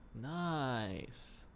Nice